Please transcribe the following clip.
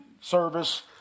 service